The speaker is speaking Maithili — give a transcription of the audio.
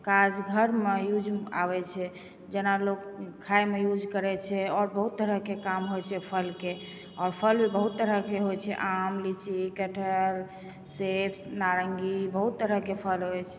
काज घरमे यूज आबै छै जेना लोक खाइमे यूज करै छै आओर बहुत तरहके काम होइ छै फलके आओर फल भी बहुत तरहके होइ छै आम लीची कटहल सेब नारङ्गी बहुत तरहके फल होइ छै